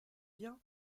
bien